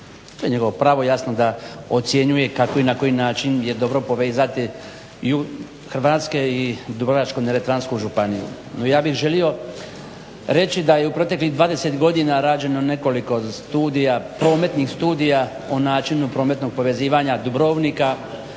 To je njegovo pravo, jasno da ocjenjuje kako i na koji način je dobro povezati jug Hrvatske i Dubrovačko-neretvansku županiju. No ja bih želio reći da je u proteklih 20 godina rađeno nekoliko studija, prometnih studija o načinu prometnog povezivanja Dubrovnika